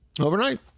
Overnight